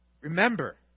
Remember